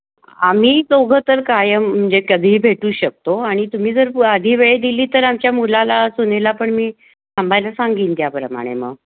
आम्ही चौघं तर कायम म्हणजे कधीही भेटू शकतो आणि तुम्ही जर आधी वेळ दिली तर आमच्या मुलाला सुनेला पण मी थांबायला सांगेन त्याप्रमाणे मग